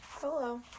Hello